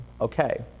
Okay